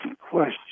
question